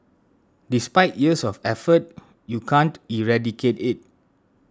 despite years of effort you can't eradicate it